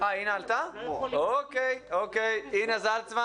היה מהיר אינה זלצמן